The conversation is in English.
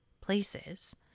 places